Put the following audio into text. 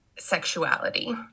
sexuality